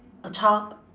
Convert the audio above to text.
a child